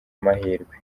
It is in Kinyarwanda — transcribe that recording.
amahirwe